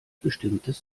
bestimmtes